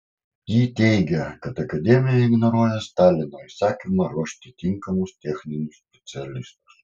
ji teigė kad akademija ignoruoja stalino įsakymą ruošti tinkamus techninius specialistus